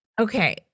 okay